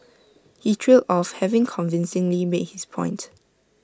he trailed off having convincingly made his point